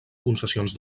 concessions